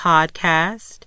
Podcast